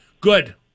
Good